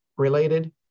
Related